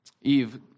Eve